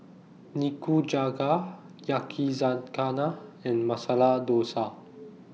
Nikujaga Yakizakana and Masala Dosa